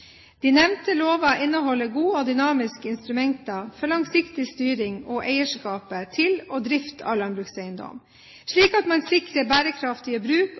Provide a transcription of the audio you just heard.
De nevnte lovene inneholder gode og dynamiske instrumenter for langsiktig styring av eierskapet til og driften av landbrukseiendom, slik at man sikrer bærekraftige bruk